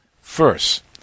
First